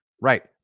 Right